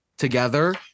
Together